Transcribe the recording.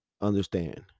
understand